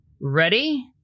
Ready